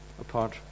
apart